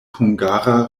hungara